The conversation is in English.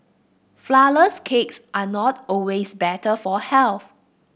flourless cakes are not always better for health